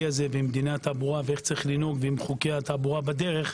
הזה ואיך יש לנהוג ועם דיני התעבורה בדרך,